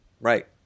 Right